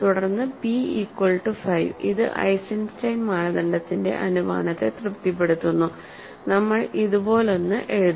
തുടർന്ന് p equal to 5ഇത് Eisenstein മാനദണ്ഡത്തിന്റെ അനുമാനത്തെ തൃപ്തിപ്പെടുത്തുന്നു നമ്മൾ ഇതുപോലൊന്ന് എഴുതാം